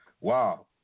wow